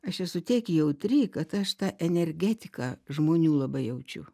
aš esu tiek jautri kad aš tą energetiką žmonių labai jaučiu